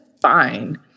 fine